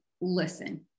listen